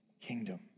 kingdom